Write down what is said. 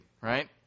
right